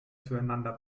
zueinander